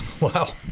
wow